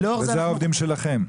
וזה העובדים שלכם.